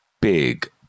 big